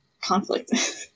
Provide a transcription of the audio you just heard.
conflict